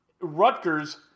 Rutgers